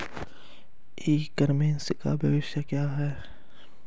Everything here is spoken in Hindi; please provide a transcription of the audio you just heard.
ई कॉमर्स का भविष्य क्या है?